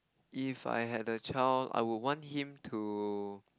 if I had a child I would want him to